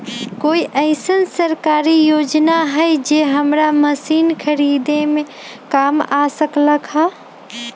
कोइ अईसन सरकारी योजना हई जे हमरा मशीन खरीदे में काम आ सकलक ह?